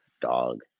dog